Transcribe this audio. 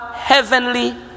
heavenly